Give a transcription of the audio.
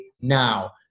now